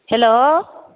hello